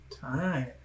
Time